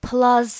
Plus